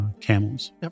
camels